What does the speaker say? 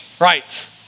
Right